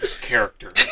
character